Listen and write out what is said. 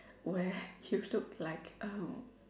where you look like um